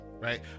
right